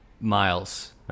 Miles